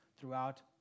throughout